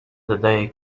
dodaję